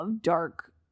dark